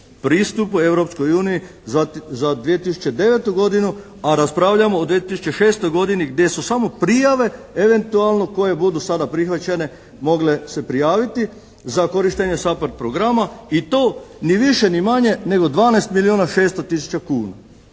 pristupu Europskoj uniji za 2009. godinu, a raspravljamo o 2006. godini gdje su samo prijave eventualno koje budu sada prihvaćene mogle se prijaviti za korištenje SAPARD programa i to ni više ni manje nego 12 milijuna 600 tisuća kuna.